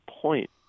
point